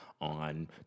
on